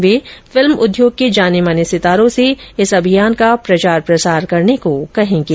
वे film उद्योग के जाने माने सितारों से इस अभियान का प्रचार प्रसार करने को कहेंगे